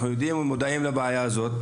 אנחנו יודעים ומודעים לבעיה הזו.